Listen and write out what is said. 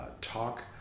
talk